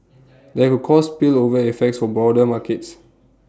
that could cause spillover effects for broader markets